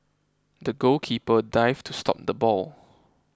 the goalkeeper dived to stop the ball